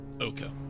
okay